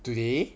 today